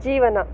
ಜೀವನ